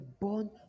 born